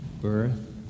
birth